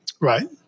Right